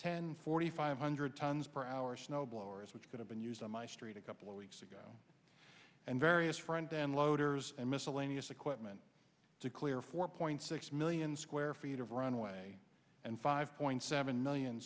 ten forty five hundred tons per hour snow blowers which could have been used on my street a couple of weeks ago and various friends and loaders and miscellaneous equipment to clear four point six million square feet of runway and five point seven million